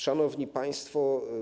Szanowni Państwo!